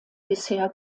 bisher